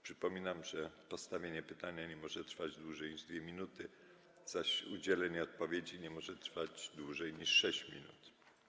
Przypominam, że postawienie pytania nie może trwać dłużej niż 2 minuty, zaś udzielenie odpowiedzi nie może trwać dłużej niż 6 minut.